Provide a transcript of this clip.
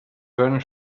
joan